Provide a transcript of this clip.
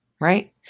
right